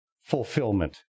fulfillment